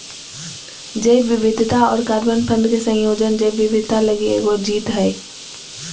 जैव विविधता और कार्बन फंड के संयोजन जैव विविधता लगी एगो जीत हइ